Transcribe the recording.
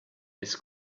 this